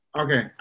Okay